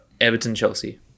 Everton-Chelsea